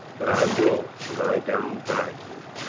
but i will lie down by you.